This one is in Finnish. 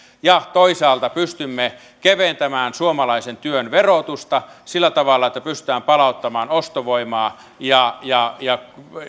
ja toisaalta pystymme keventämään suomalaisen työn verotusta sillä tavalla että pystytään palauttamaan ostovoimaa ja ja